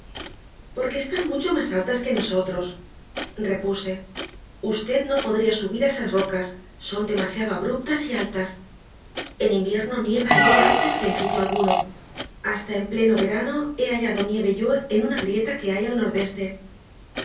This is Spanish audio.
porque están mucho más altas que nosotros repuse usted no podría subir a esas rocas son demasiado abruptas y altas en invierno nieva allí antes que en sitio alguno hasta en pleno verano he hallado nieve yo en una grieta que hay al nordeste